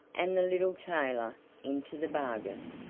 and the little tailor into the bargain.